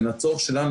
בין הצורך שלנו,